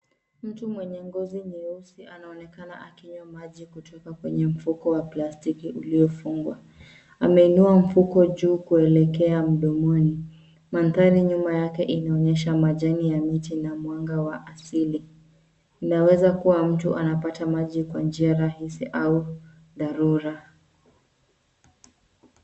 Mtu mwenye ngozi nyeusi anaonekana akinywa maji kutoka kwenye mfuko wa plastiki uliyofungwa. Ameinua mfuko kuelekea mdomoni, mandhari nyuma yake inaonyesha majani ya miti na mwanga wa asili. Inaweza kuwa mtu anapata maji kwa njia rahisi au dharura.